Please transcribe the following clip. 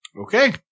Okay